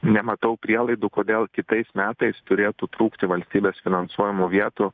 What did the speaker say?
nematau prielaidų kodėl kitais metais turėtų trūkti valstybės finansuojamų vietų